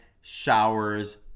showers